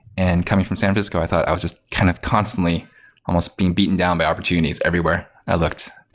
and coming from san francisco, i thought i was just kind of constantly almost being beaten down by opportunities everywhere i looked.